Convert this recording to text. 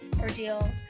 ordeal